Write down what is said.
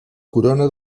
corona